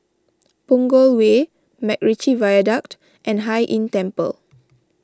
Punggol Way MacRitchie Viaduct and Hai Inn Temple